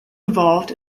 involved